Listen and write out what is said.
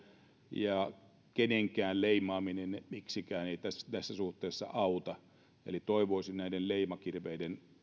ja kenenkään leimaaminen miksikään ei tässä suhteessa auta eli toivoisin näiden leimakirveiden